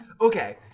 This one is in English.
Okay